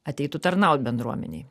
ateitų tarnaut bendruomenei